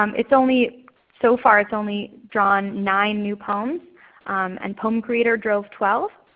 um it's only so far it's only drawn nine new poems and poem creator drove twelve,